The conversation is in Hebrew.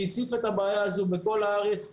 שהציפה את הבעיה הזאת בכל הארץ?